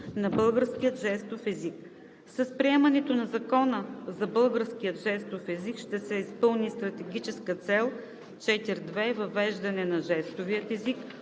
на българския жестов език. С приемането на Закона за българския жестов език ще се изпълни Стратегическа цел 4.2. „Въвеждане на жестовия език“